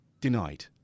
denied